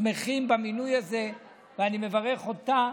שמחים במינוי הזה, ואני מברך אותה